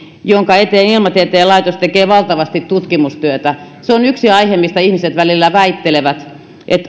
jonka eteen ilmatieteen laitos tekee valtavasti tutkimustyötä se on yksi aihe mistä ihmiset välillä väittelevät